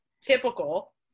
typical